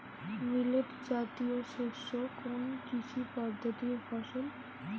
Millet জাতীয় শস্য কোন কৃষি পদ্ধতির ফসল?